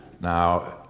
Now